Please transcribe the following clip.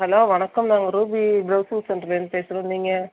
hello வணக்கம் நாங்கள் Ruby browsing சென்டருலேந்து பேசுகிறோம் நீங்கள்